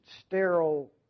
sterile